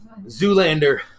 Zoolander